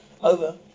Over